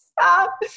Stop